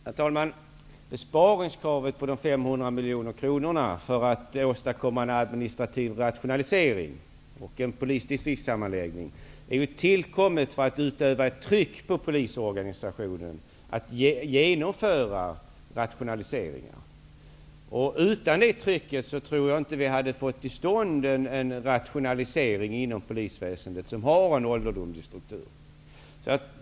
Herr talman! Besparingskravet på 500 miljoner kronor för att åstadkomma en administrativ rationalisering och en polisdistriktssammanläggning är tillkommet för att utöva ett tryck på polisorganisationen att genomföra rationaliseringar. Utan det trycket tror jag inte att vi hade fått till stånd en rationalisering inom polisväsendet, som har en ålderdomlig struktur.